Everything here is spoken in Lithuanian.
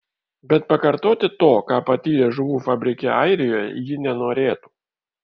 bet pakartoti to ką patyrė žuvų fabrike airijoje ji nenorėtų